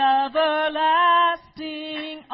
everlasting